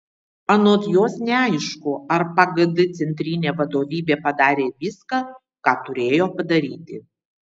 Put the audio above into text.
anot jos neaišku ar pagd centrinė vadovybė padarė viską ką turėjo padaryti